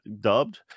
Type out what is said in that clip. dubbed